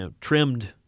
trimmed